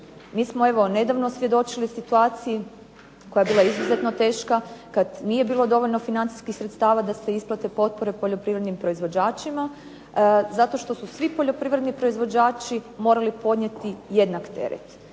Mi smo evo nedavno svjedočili situaciji koja je bila izuzetno teška, kad nije bilo dovoljno financijskih sredstava da se isplate potpore poljoprivrednim proizvođačima, zato što su svi poljoprivredni proizvođači morali podnijeti jednak teret.